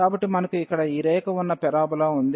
కాబట్టి మనకు ఇక్కడ ఈ రేఖ ఉన్న పరబోలా ఉంది